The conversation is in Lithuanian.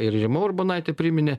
ir rima urbonaitė priminė